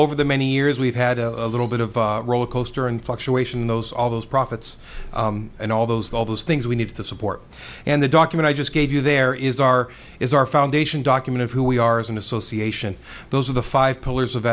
over the many years we've had a little bit of rollercoaster and fluctuation in those all those profits and all those all those things we need to support and the document i just gave you the there is our is our foundation document of who we are as an association those are the five pillars of